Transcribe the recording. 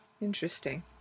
Interesting